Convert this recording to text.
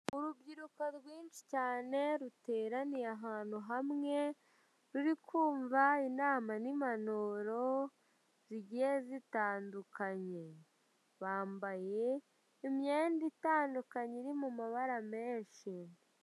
Urubyiruko rwinshi cyane ruteraniye ahantu hamwe ruri kumva inama n'impanuro zigiye zitandukanye, bambaye imyenda itandukanye iri mu mabara menshi.